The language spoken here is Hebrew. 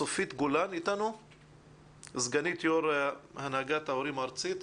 צופית גולן, סגנית יו"ר הנהגת הורים ארצית.